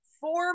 four